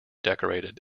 decorated